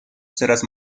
serás